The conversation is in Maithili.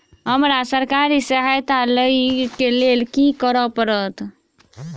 हमरा सरकारी सहायता लई केँ लेल की करऽ पड़त?